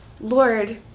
Lord